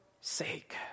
sake